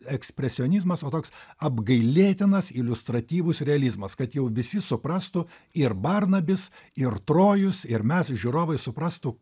ekspresionizmas o toks apgailėtinas iliustratyvus realizmas kad jau visi suprastų ir barnabis ir trojus ir mes žiūrovai suprastų